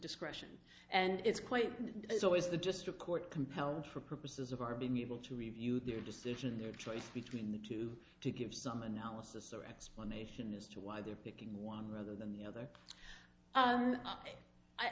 discretion and it's quite as always the district court compelled for purposes of our being able to review their decision their choice between the two to give some analysis or explanation as to why they're picking one rather than the other